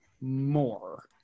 more